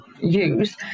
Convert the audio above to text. use